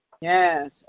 yes